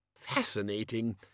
fascinating